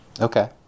okay